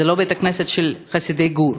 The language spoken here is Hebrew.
זה לא בית-כנסת של חסידי גור.